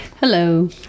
Hello